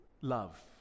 love